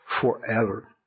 forever